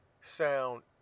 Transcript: sound